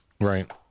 Right